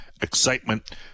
Excitement